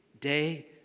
day